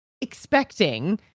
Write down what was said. expecting